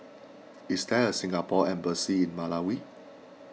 is there a Singapore Embassy in Malawi